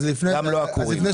גם לא עקורים.